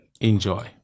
enjoy